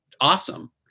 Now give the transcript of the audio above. awesome